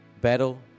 battle